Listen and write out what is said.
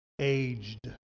aged